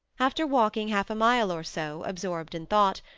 after walking half a mile or so, absorbed in thought,